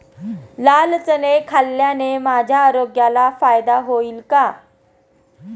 लाल चणे खाल्ल्याने माझ्या आरोग्याला फायदा होईल का?